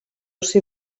ser